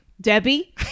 Debbie